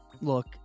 look